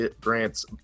grants